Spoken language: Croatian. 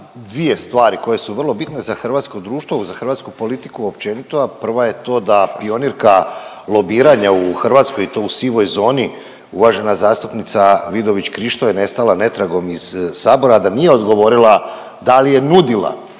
dvije stvari koje su vrlo bitne za hrvatsko društvo, za hrvatsku politiku općenito, a prva je to da pionirka lobiranja u Hrvatskoj i to u sivoj zoni, uvažena zastupnica Vidović Krišto je nestala netragom iz Sabora da nije odgovorila da li je nudila